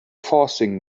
forcing